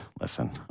listen